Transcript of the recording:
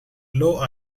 low